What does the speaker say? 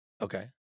Okay